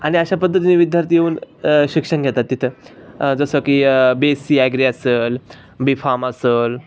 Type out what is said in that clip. आणि अशा पद्धतीने विद्यार्थी येऊन शिक्षण घेतात तिथं जसं की बी एस सी ऍग्री असेल बी फाम अस असल